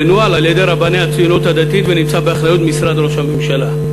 מנוהל על-ידי רבני הציונות הדתית ונמצא באחריות משרד ראש הממשלה.